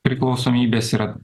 priklausomybės yra